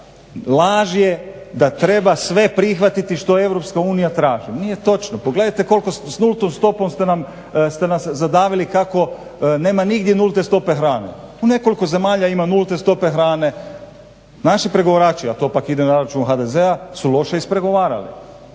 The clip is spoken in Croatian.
Laž je da treba sve prihvatiti što Europska unija traži. Nije točno, pogledajte koliko s nultom stopom ste nas zadavili kako nema nigdje nulte stope hrane. U nekoliko zemalja ima nulte stope hrane. Naši pregovarači, a to pak ide na račun HDZ-a su loše ispregovarali.